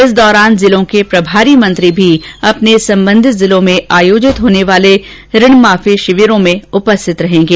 इस दौरान जिलों के प्रभारी मंत्री भी अपने संबंधित जिलों में आयोजित होने वाले ऋण माफी शिविरो में उपस्थित रहेंगे